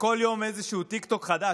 וכל יום איזשהו טיקטוק חדש?